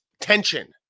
tension